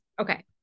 Okay